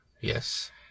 Yes